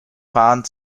fahren